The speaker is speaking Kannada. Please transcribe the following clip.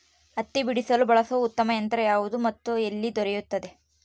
ಹತ್ತಿ ಬಿಡಿಸಲು ಬಳಸುವ ಉತ್ತಮ ಯಂತ್ರ ಯಾವುದು ಮತ್ತು ಎಲ್ಲಿ ದೊರೆಯುತ್ತದೆ?